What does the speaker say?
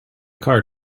car